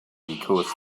because